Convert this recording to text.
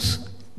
ובילוי,